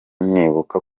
nibuka